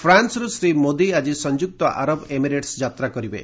ଫ୍ରାନ୍ନରୁ ଶ୍ରୀ ମୋଦି ଆଜି ସଂଯୁକ୍ତ ଆରବ ଏମିରେଟ୍ ଯାତ୍ରା କରିବେ